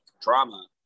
drama